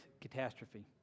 catastrophe